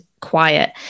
quiet